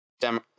Dem